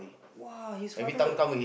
!wah! his father